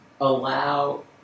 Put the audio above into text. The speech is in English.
allow